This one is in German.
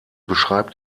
beschreibt